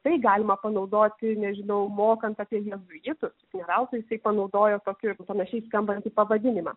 tai galima panaudoti nežinau mokant apie jėzuitus ne veltui jisai panaudojo tokį panašiai skambantį pavadinimą